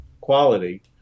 quality